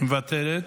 מוותרת.